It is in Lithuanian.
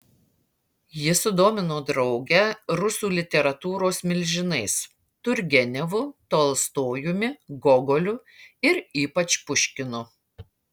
ji sudomino draugę rusų literatūros milžinais turgenevu tolstojumi gogoliu ir ypač puškinu